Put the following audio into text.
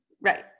Right